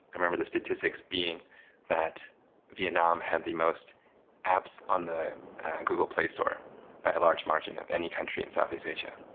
i remember the statistics being that vietnam had the most apps on the google play store by a large margin of any country in southeast asia.